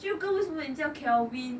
就跟你为什么叫 kelvin